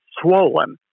swollen